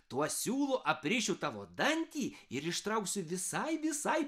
tuo siūlu aprišiu tavo dantį ir ištrauksiu visai visai